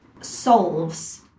solves